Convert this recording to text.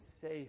safe